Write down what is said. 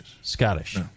Scottish